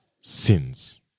sins